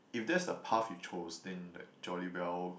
if that's the path you chose then like jolly well